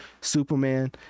Superman